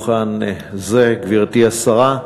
השרה,